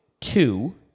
two